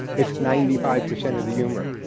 it's ninety five percent of the humor.